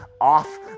Off